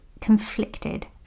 conflicted